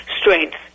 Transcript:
strength